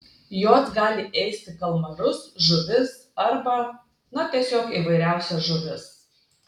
jos gali ėsti kalmarus žuvis arba na tiesiog įvairiausias žuvis